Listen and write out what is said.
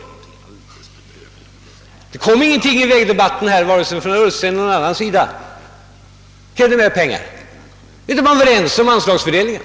Under vägdebatten framställdes heller ingen begäran om mera pengar vare sig av herr Ullsten eller någon annan. Då var man väl ense om anslagsfördelningen.